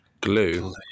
Glue